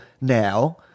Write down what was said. now